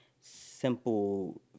simple